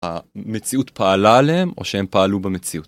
המציאות פעלה עליהם או שהם פעלו במציאות.